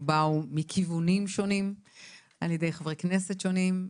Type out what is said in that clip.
באו מכיוונים שונים על ידי חברי כנסת שונים.